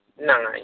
Nine